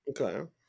Okay